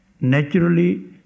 naturally